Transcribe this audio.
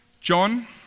John